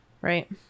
Right